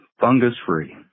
Fungus-free